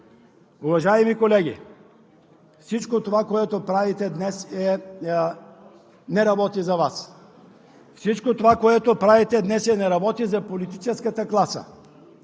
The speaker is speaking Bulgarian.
Уважаеми колеги, всичко това, което правите днес, не работи за Вас! Всичко това, което правите днес, не работи за политическата класа!